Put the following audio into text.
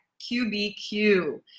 QBQ